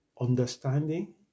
understanding